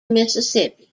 mississippi